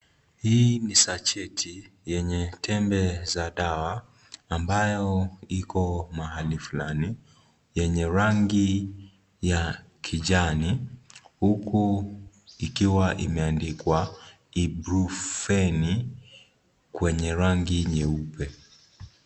Hii ni sacheti yenye tembe za dawa ambayo iko mahali fulani yenye rangi ya kijani huku ikiwa imeandikwa ipuprofen kwenye rangi nyeupe.